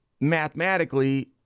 mathematically